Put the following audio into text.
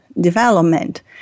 development